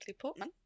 Portman